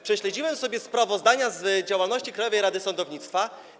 Prześledziłem sobie sprawozdania z działalności Krajowej Rady Sądownictwa.